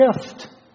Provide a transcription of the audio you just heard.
gift